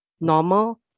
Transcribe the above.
normal